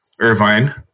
Irvine